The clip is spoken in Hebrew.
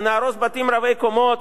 ונהרוס בתים רבי-קומות,